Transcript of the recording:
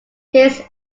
his